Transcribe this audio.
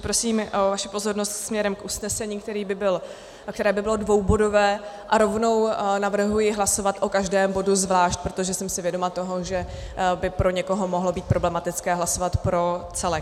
Prosím o vaši pozornost směrem k usnesení, které by bylo dvoubodové, a rovnou navrhuji hlasovat o každém bodu zvlášť, protože jsem si vědoma toho, že by pro někoho mohlo být problematické hlasovat pro celek.